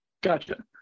Gotcha